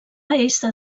ésser